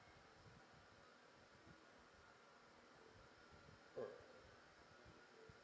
mm